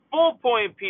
Full-point